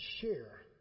share